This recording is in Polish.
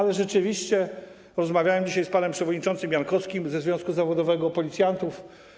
Ale rzeczywiście rozmawiałem dzisiaj z panem przewodniczącym Jankowskim ze związku zawodowego policjantów.